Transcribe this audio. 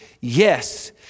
Yes